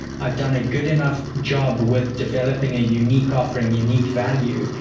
i've done a good enough job with developing a unique offering, unique value,